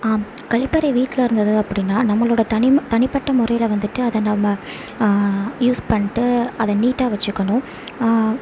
ஆம் கழிப்பறை வீட்டில் இருந்தது அப்படின்னா நம்மளோட தனிமை தனிப்பட்ட முறையில் வந்துவிட்டு அதை நம்ம யூஸ் பண்ணிட்டு அதை நீட்டாக வச்சுக்கணும்